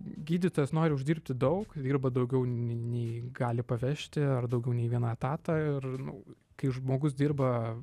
gydytojas nori uždirbti daug ir dirba daugiau nei nei gali pavežti ar daugiau nei vieną etatą ir nu kai žmogus dirba